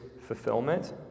fulfillment